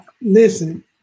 Listen